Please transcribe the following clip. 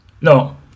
no